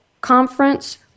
Conference